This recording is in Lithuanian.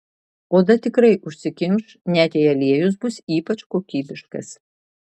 oda tikrai užsikimš net jei aliejus bus ypač kokybiškas